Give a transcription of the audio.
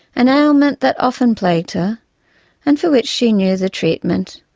an ailment that often plagued her and for which she knew the treatment.